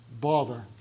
bother